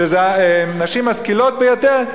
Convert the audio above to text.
שזה נשים משכילות ביותר.